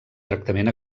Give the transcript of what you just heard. tractament